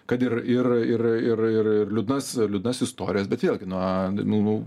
kad ir ir ir ir ir liūdnas liūdnas istorijas bet vėlgi na nu